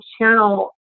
channel